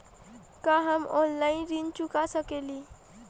का हम ऑनलाइन ऋण चुका सके ली?